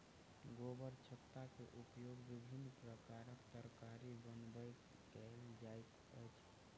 गोबरछत्ता के उपयोग विभिन्न प्रकारक तरकारी बनबय कयल जाइत अछि